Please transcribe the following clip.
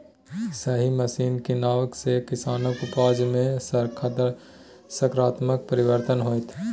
सही मशीन कीनबाक सँ किसानक उपजा मे सकारात्मक परिवर्तन हेतै